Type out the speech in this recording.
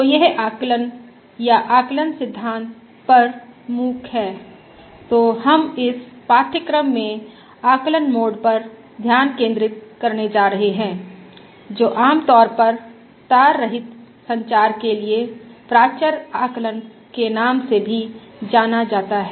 तो यह आकलन या आकलन सिद्धांत पर MOOC हैतो हम इस पाठ्यक्रम में आकलन मोड पर ध्यान केंद्रित करने जा रहे हैं जो आमतौर पर तार रहित संचार के लिए प्राचर आकलन के नाम से भी जाना जाता है